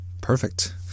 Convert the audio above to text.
Perfect